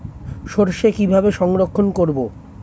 সরষে কিভাবে সংরক্ষণ করব?